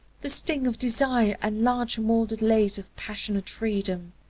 the sting of desire and large-moulded lays of passionate freedom.